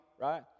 Right